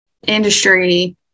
industry